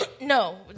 No